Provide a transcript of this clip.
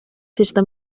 festa